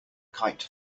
kite